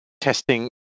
testing